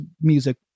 music